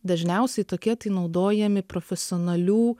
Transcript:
dažniausiai tokie tai naudojami profesionalių